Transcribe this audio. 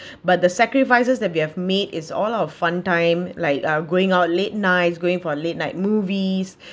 but the sacrifices that we have made is all our fun time like uh going out late night going for late night movies